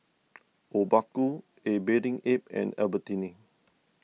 Obaku A Bathing Ape and Albertini